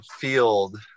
field